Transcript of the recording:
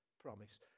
promise